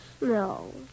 No